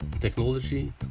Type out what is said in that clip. technology